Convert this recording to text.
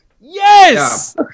Yes